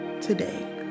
today